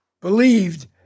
believed